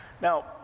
Now